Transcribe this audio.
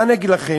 מה אני אגיד לכם,